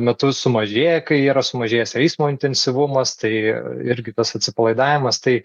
metu sumažėja kai yra sumažėjęs eismo intensyvumas tai irgi tas atsipalaidavimas tai